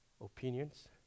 opinions